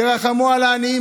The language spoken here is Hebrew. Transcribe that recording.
תרחמו על העניים.